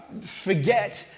forget